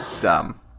dumb